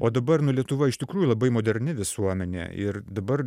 o dabar nu lietuva iš tikrųjų labai moderni visuomenė ir dabar